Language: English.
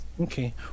Okay